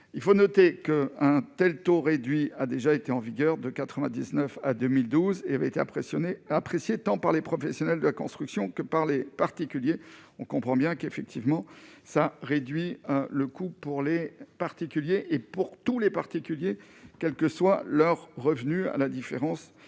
il faut noter que tels taux réduit, a déjà été en vigueur de 99 à 2012, il avait été impressionné apprécié tant par les professionnels de la construction que par les particuliers, on comprend bien qu'effectivement ça réduit le coût pour les particuliers et pour tous les particuliers, quelle que soit leur revenu, à la différence